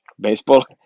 baseball